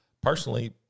Personally